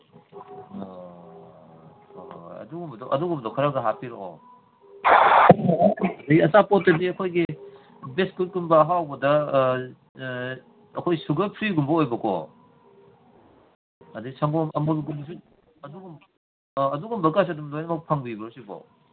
ꯑꯗꯨꯒꯨꯝꯕꯗꯣ ꯑꯗꯨꯒꯨꯝꯕꯗꯣ ꯈꯔꯒ ꯍꯥꯞꯄꯤꯔꯛꯑꯣ ꯑꯗꯩ ꯑꯆꯥꯄꯣꯠꯇꯗꯤ ꯑꯩꯈꯣꯏꯒꯤ ꯕꯦꯁꯀꯨꯠꯀꯨꯝꯕ ꯑꯍꯥꯎꯕꯗ ꯑꯩꯈꯣꯏ ꯁꯨꯒꯔ ꯐ꯭ꯔꯤꯒꯨꯝꯕ ꯑꯣꯏꯕꯀꯣ ꯑꯗꯩ ꯁꯪꯒꯣꯝ ꯑꯃꯨꯜꯒꯨꯝꯕꯁꯨ ꯑꯗꯨꯒꯨꯝꯕꯁꯨ ꯑꯗꯨꯒꯨꯝꯕꯀꯁꯨ ꯑꯗꯨꯝ ꯂꯣꯏꯅꯃꯛ ꯐꯪꯕꯤꯕ꯭ꯔꯣ ꯁꯤꯕꯣ